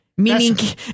Meaning